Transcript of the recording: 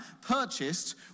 purchased